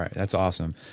that's awesome.